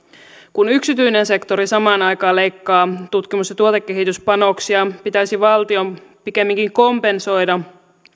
kun yksityinen sektori samaan aikaan leikkaa tutkimus ja tuotekehityspanoksia pitäisi valtion pikemminkin kompensoida